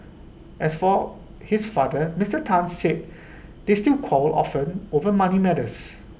as for his father Mister Tan said they still quarrel often over money matters